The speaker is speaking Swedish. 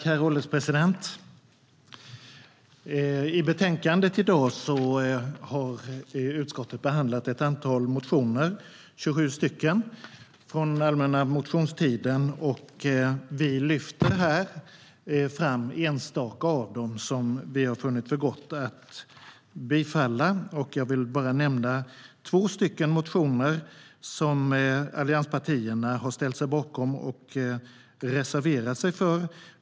Herr ålderspresident! I betänkandet som debatteras i dag har utskottet behandlat 27 motioner från allmänna motionstiden. Vi lyfter här fram enstaka av dem som vi har funnit för gott att bifalla. Jag vill nämna två motioner som allianspartierna har ställt sig bakom och reserverat sig för.